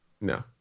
no